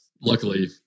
luckily